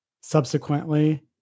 subsequently